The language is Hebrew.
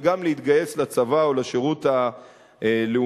וגם להתגייס לצבא או לשירות הלאומי